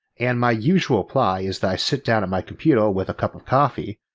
and my usual reply is that i sit down at my computer with cup of coffee,